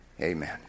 Amen